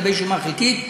לגבי שומה חלקית,